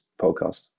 podcast